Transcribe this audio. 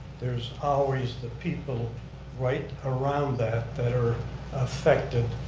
there's ah always the people right around that that are affected,